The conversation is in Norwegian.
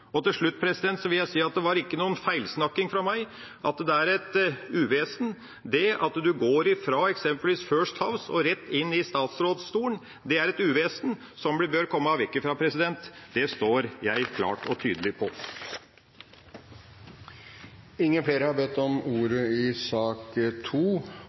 dag. Til slutt vil jeg si at det var ikke noen feilsnakking fra meg at det er et uvesen. Det at du går fra eksempelvis First House og rett inn i statsrådsstolen, er et uvesen som vi bør komme vekk fra. Det står jeg klart og tydelig på. Flere har ikke bedt om ordet til sak